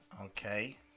Okay